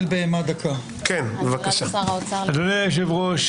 אדוני היושב-ראש,